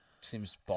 seems